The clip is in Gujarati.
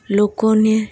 લોકોને